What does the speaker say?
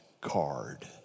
card